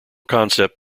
concept